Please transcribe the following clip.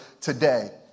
today